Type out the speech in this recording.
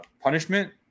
punishment